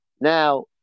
Now